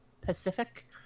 Pacific